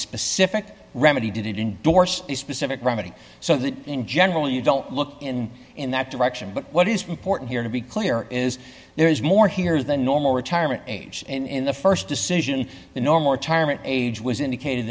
specific remedy did indorse the specific remedy so that in general you don't look in in that direction but what is important here to be clear is there is more here than normal retirement age in the st decision the normal retirement age was indicated